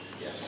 Yes